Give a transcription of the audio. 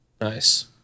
Nice